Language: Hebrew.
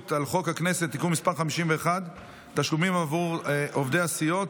על חוק הכנסת (תיקון מס' 51) (תשלומים עבור עובדי הסיעות),